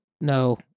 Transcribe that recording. No